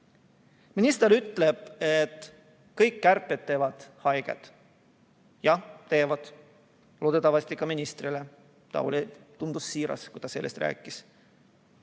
Minister ütleb, et kõik kärped teevad haiget. Jah, teevad, ja loodetavasti ka ministrile. Ta tundus siiras olevat, kui ta sellest rääkis.